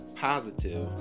positive